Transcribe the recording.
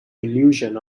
illusion